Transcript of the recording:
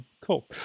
cool